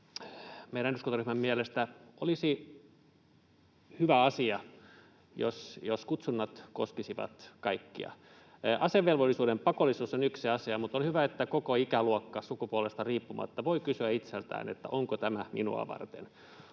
meidän eduskuntaryhmän mielestä olisi hyvä asia, jos kutsunnat koskisivat kaikkia. Asevelvollisuuden pakollisuus on yksi asia, mutta on hyvä, että koko ikäluokka sukupuolesta riippumatta voi kysyä itseltään, onko tämä minua varten,